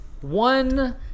One